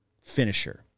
finisher